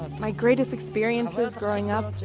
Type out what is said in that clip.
my greatest experiences, growing up,